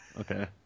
Okay